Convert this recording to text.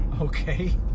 Okay